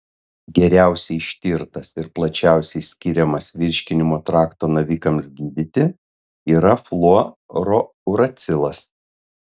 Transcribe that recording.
geriausiai ištirtas ir plačiausiai skiriamas virškinimo trakto navikams gydyti yra fluorouracilas